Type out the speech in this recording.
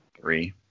Three